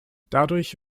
dadurch